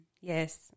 Yes